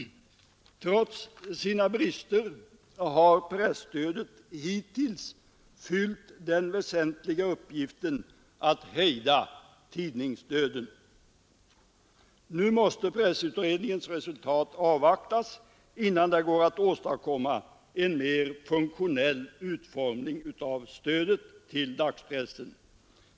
Trots sina brister har presstödet hittills fyllt den väsentliga uppgiften — att hejda tidningsdöden. Nu måste pressutredningens resultat avvaktas innan det går att åstadkomma en mer funktionell utformning av stödet till dagspressen.